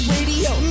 Radio